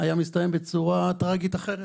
זה היה מסתיים בצורה טרגית אחרת